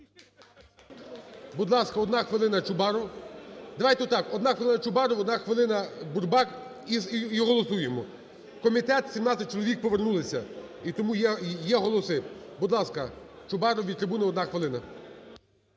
так, одна хвилина Чубаров, одна хвилина Бурбак і голосуємо. Комітет, 17 чоловік повернулися і тому є голоси. Будь ласка, Чубаров від трибуни, одна хвилина.